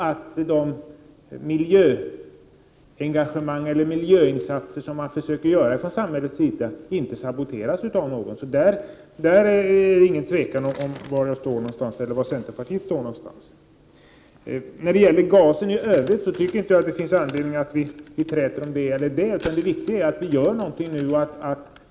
Det är också viktigt att de miljöinsatser som samhället försöker göra inte saboteras av någon. Det är alltså inget tvivel om var jag och centerpartiet står i denna fråga. När det gäller gasen i övrigt tycker jag inte att det finns anledning att träta. Det viktiga är att vi gör någonting nu.